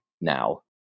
now